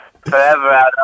forever